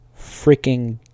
freaking